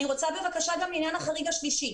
אני רוצה בבקשה גם לעניין החריג השלישי.